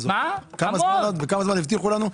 אתה יודע כמה זמן הבטיחו לנו?